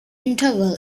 interval